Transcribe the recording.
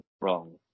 wrong